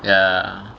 ya